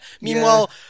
meanwhile